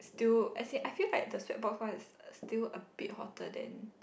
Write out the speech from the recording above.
still as in I feel like the sweat box one is still a bit hotter than